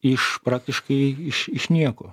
iš praktiškai iš iš nieko